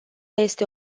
este